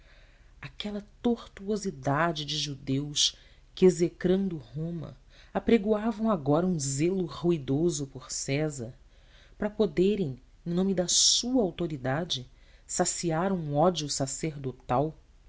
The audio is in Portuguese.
aquela tortuosidade de judeus que execrando roma apregoavam agora um zelo ruidoso por césar para poderem em nome da sua autoridade saciar um ódio sacerdotal